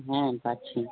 হ্যাঁ পাচ্ছি